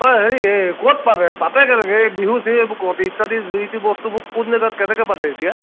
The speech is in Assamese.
হয় হেৰি এই ক'ত পাতে পাতে কেনেকৈ এই বিহু চিহু এইবোৰ ক'ত ইত্যাদি যিটি বস্তুবোৰ কোন জেগাত কেনেকৈ পাতে এতিয়া